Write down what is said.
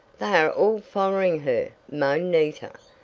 they are all following her! moaned nita.